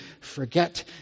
forget